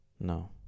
No